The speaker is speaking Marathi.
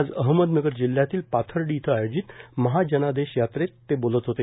आज अहमदनगर जिल्ह्यातील पाथर्डी इथं आयोजित महाजनादेश यात्रेत बोलत होते